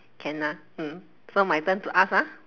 can ah mm so my turn to ask ah